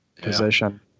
position